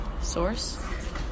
source